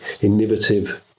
innovative